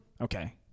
Okay